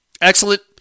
Excellent